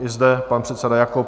I zde pan předseda Jakob.